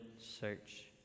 search